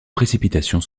précipitations